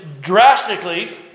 drastically